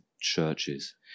churches